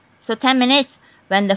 so ten minutes when the